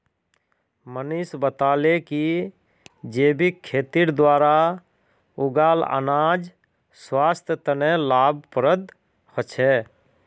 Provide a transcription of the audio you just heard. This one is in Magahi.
मनीष बताले कि जैविक खेतीर द्वारा उगाल अनाज स्वास्थ्य तने लाभप्रद ह छे